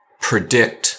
predict